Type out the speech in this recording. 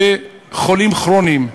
שהם חולים כרוניים,